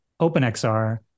OpenXR